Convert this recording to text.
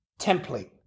template